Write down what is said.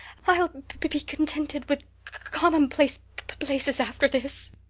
i'll b-b-be contt-tented with c-c-commonplace places after this.